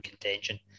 contention